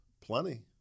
Plenty